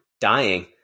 dying